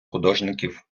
художників